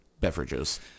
beverages